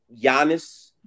Giannis